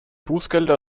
bußgelder